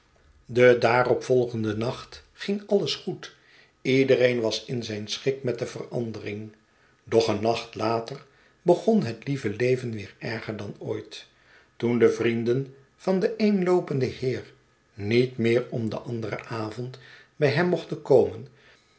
den daarop volgenden nacht ging alles goed iedereen was in zijn schik met de verandering doch een nacht later begon het lieve leven weer erger dan ooit toen de vnenden van den eenloopenden heer niet meer om den anderen avond bij hem mochten komen